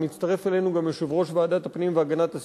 ומצטרף אלינו גם יושב-ראש ועדת הפנים והגנת הסביבה,